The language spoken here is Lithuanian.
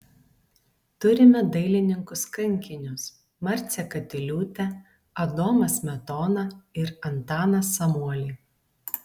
turime dailininkus kankinius marcę katiliūtę adomą smetoną ir antaną samuolį